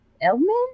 elman